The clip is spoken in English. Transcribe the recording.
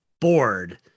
bored